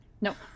Nope